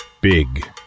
Big